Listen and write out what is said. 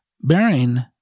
bearing